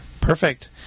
perfect